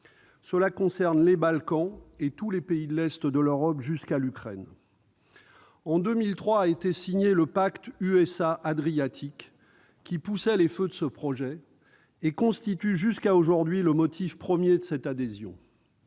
concerne les Balkans et tous les pays de l'est de l'Europe jusqu'à l'Ukraine. En 2003 était signée la charte de l'Adriatique avec les États-Unis, qui poussait les feux de ce projet et constitue jusqu'à aujourd'hui le motif premier de cette adhésion.